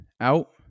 out